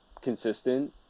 consistent